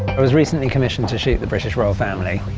i was recently commissioned to shoot the british royal family.